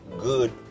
good